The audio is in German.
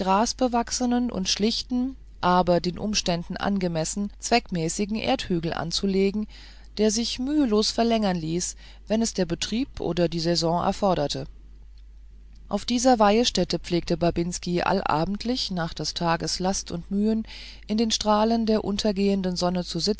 grasbewachsenen und schlichten aber den umständen angemessen zweckmäßigen grabhügel anzulegen der sich mühelos verlängern ließ wenn es der betrieb oder die saison erforderte auf dieser weihestätte pflegte babinski allabendlich nach des tages last und mühen in den strahlen der untergehenden sonne